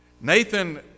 Nathan